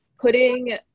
putting